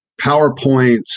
PowerPoints